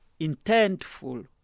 intentful